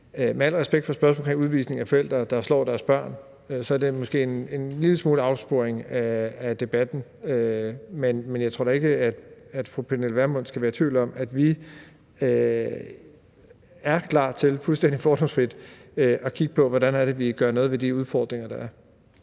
Med al respekt for spørgsmålet om udvisning af forældre, der slår deres børn, er det måske en lille smule en afsporing af debatten, men jeg tror da ikke, at fru Pernille Vermund skal være i tvivl om, at vi er klar til fuldstændig fordomsfrit at kigge på, hvordan vi gør noget ved de udfordringer, der er.